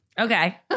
okay